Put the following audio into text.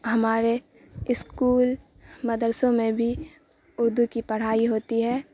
ہمارے اسکول مدرسوں میں بھی اردو کی پڑھائی ہوتی ہے